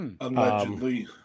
Allegedly